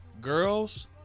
girls